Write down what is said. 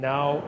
Now